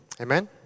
Amen